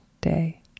day